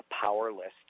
Powerless